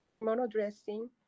mono-dressing